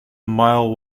mile